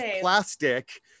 plastic